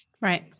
Right